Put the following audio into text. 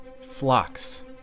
Flocks